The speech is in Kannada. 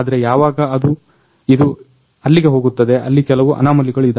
ಆದ್ರೆ ಯಾವಾಗ ಇದು ಅಲ್ಲಿಗೆ ಹೋಗುತ್ತದೆ ಅಲ್ಲಿ ಕೆಲವು ಅನಾಮಲಿಗಳು ಇದಾವೆ